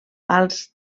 als